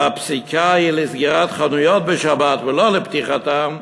והפסיקה היא לסגור חנויות בשבת ולא לפתוח אותן,